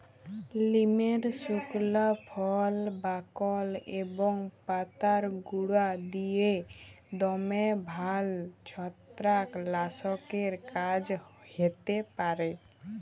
লিমের সুকলা ফল, বাকল এবং পাতার গুঁড়া দিঁয়ে দমে ভাল ছত্রাক লাসকের কাজ হ্যতে পারে